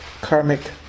karmic